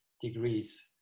degrees